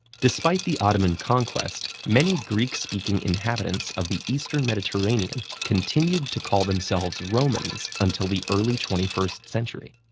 despite the ottoman conquest, many greek-speaking inhabitants of the eastern mediterranean continued to call themselves romans until the early twenty first century.